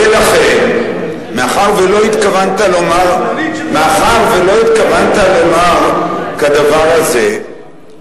ולכן מאחר שלא התכוונת לומר כדבר הזה,